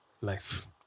life